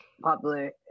popular